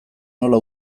nola